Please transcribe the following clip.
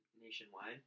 nationwide